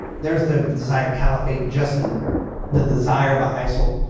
there's the desired caliphate. just in the desire by isil,